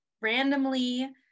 randomly